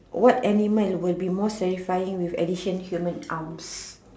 what animal will be more terrifying with additional human arms